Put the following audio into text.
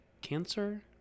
cancer